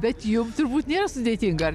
bet jum turbūt nėra sudėtinga ar ne